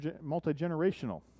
multi-generational